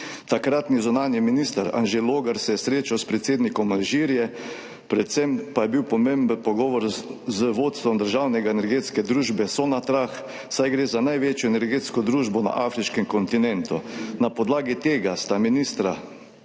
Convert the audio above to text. Takratni zunanji minister Anže Logar se je srečal s predsednikom Alžirije, predvsem pa je bil pomemben pogovor z vodstvom državne energetske družbe Sonatrach, saj gre za največjo energetsko družbo na afriškem kontinentu. Na podlagi tega sta ministra